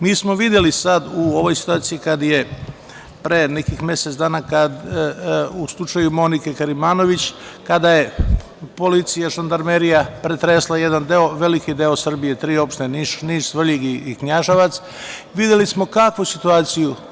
Mi smo videli sada u ovoj situaciji kada je pre nekih mesec dana u slučaju Monike Karimanović, kada je policija, Žandarmerija, pretresla jedan deo, veliki deo Srbije, tri opštine Niš, Svrljig i Knjaževac, videli smo kakvu situaciju?